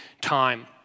time